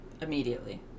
Immediately